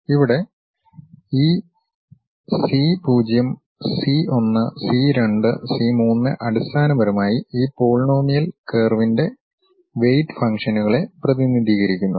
ഇവിടെ ഈ C 0 C 1 C 2 C 3 അടിസ്ഥാനപരമായി ആ പോളിനോമിയൽ കർവിന്റെ വെയിറ്റ് ഫംഗ്ഷനുകളെ പ്രതിനിധീകരിക്കുന്നു